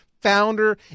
founder